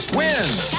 wins